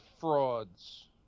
frauds